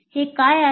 हे काय आहे